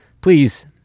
please